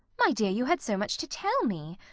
my dear, you had so much to tell me.